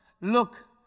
Look